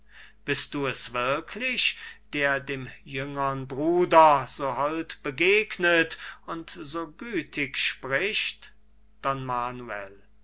bist du es wirklich der dem jüngern bruder so hold begegnet und so gütig spricht